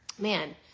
Man